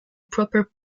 proper